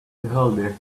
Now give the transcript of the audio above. beholder